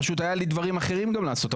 פשוט היה לי דברים אחרים גם לעשות,